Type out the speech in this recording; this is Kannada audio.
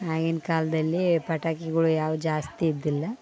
ಆಗಿನ ಕಾಲದಲ್ಲಿ ಪಟಾಕಿಗಳು ಯಾವ್ದು ಜಾಸ್ತಿ ಇದ್ದಿಲ್ಲ